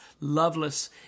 loveless